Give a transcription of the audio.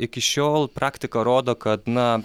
iki šiol praktika rodo kad na